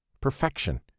perfection